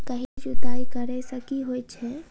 गहिर जुताई करैय सँ की होइ छै?